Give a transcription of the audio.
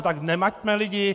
Tak nemaťme lidi.